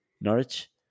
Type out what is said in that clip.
Norwich